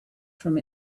from